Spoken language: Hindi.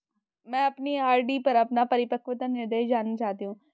मैं अपनी आर.डी पर अपना परिपक्वता निर्देश जानना चाहती हूँ